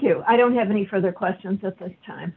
you i don't have any further questions at this time